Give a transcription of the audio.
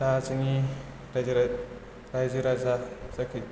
दा जोंनि रायजो राय रायजो राजा जायखि